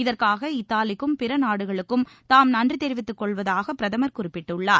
இதற்காக இத்தாலி மற்றும் பிற நாடுகளுக்கும் தாம் நன்றி தெரிவித்துக் கொள்வதாக பிரதமர் குறிப்பிட்டுள்ளார்